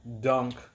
Dunk